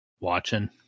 watching